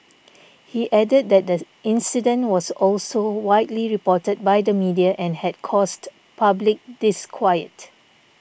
he added that the incident was also widely reported by the media and had caused public disquiet